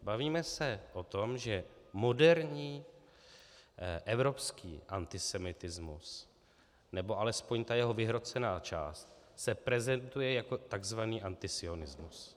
Bavíme se o tom, že moderní evropský antisemitismus, nebo alespoň ta jeho vyhrocená část, se prezentuje jako takzvaný antisionismus.